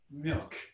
milk